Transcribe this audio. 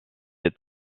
est